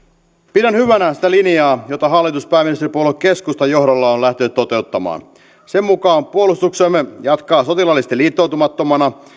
pidän hyvänä sitä linjaa jota hallitus on pääministeripuolue keskustan johdolla lähtenyt toteuttamaan sen mukaan puolustuksemme jatkaa sotilaallisesti liittoutumattomana